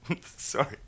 sorry